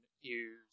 use